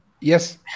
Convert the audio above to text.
yes